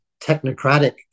technocratic